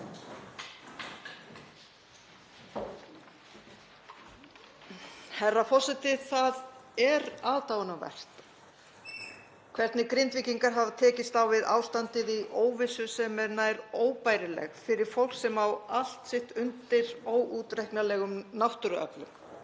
Herra forseti. Það er aðdáunarvert hvernig Grindvíkingar hafa tekist á við ástandið, í óvissu sem er nær óbærileg fyrir fólk sem á allt sitt undir óútreiknanlegum náttúruöflum.